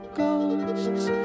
ghosts